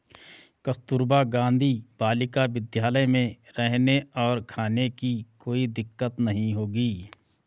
कस्तूरबा गांधी बालिका विद्यालय में रहने और खाने की कोई दिक्कत नहीं होगी